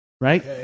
right